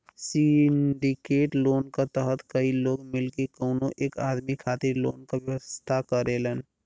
syndicate loan क तहत कई लोग मिलके कउनो एक आदमी खातिर लोन क व्यवस्था करेलन